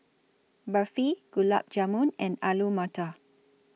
Barfi Gulab Jamun and Alu Matar